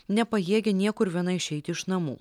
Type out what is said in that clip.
nepajėgia niekur viena išeiti iš namų